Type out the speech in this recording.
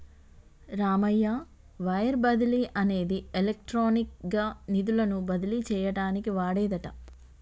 Ramayya wire బదిలీ అనేది electronic గా నిధులను బదిలీ చేయటానికి వాడేదట